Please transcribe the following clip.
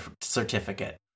certificate